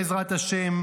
בעזרת ה',